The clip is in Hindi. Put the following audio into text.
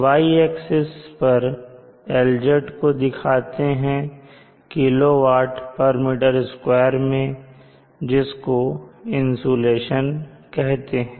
Y एक्सिस पर LZ को दिखाते हैं kWm2 मैं जिसको इंसुलेशन कहते हैं